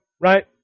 right